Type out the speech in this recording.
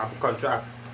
contract